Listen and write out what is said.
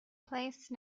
place